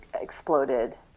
exploded